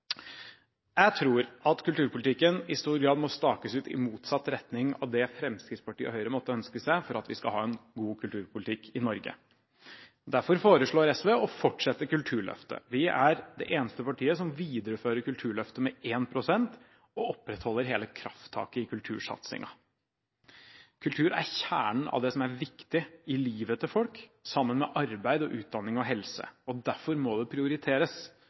Jeg tror at kulturpolitikken i stor grad må stakes ut i motsatt retning av det Fremskrittspartiet og Høyre måtte ønske seg for at vi skal ha en god kulturpolitikk i Norge. Derfor foreslår SV å fortsette Kulturløftet. Vi er det eneste partiet som viderefører Kulturløftet med 1 pst. og opprettholder hele krafttaket i kultursatsingen. Kultur er kjernen av det som er viktig i livet til folk, sammen med arbeid og utdanning og helse. Derfor må det prioriteres.